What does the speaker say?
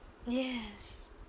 yes